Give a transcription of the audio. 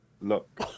look